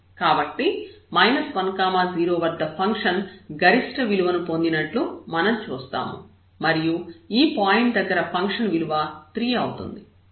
కాబట్టి 10 వద్ద ఫంక్షన్ గరిష్ట విలువ ను పొందినట్లు మనం చూస్తాము మరియు ఈ పాయింట్ దగ్గర ఫంక్షన్ విలువ 3 అవుతుంది